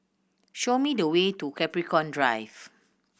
show me the way to Capricorn Drive